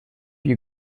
you